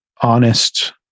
honest